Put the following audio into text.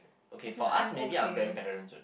as in I'm okay